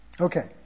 Okay